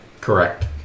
Correct